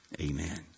amen